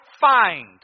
find